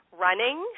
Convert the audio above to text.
running